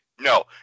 No